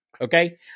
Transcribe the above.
okay